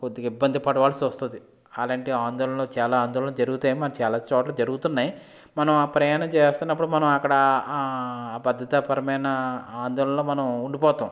కొద్దిగా ఇబ్బంది పడవలసి వస్తుంది అలాంటి ఆందోళనలు చాలా ఆందోళన జరుగుతాయి చాలా చోట్ల జరుగుతున్నాయి మనం ప్రయాణం చేస్తున్నప్పుడు మనం అక్కడ భద్రతాపరమైన ఆందోళనలో మనం ఉండిపోతాము